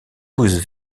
pousses